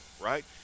right